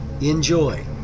Enjoy